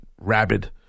rabid